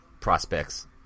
prospects